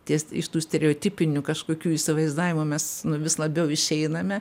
ties iš tų stereotipinių kažkokių įsivaizdavimų mes vis labiau išeiname